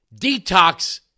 Detox